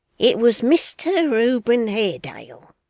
it was mr reuben haredale,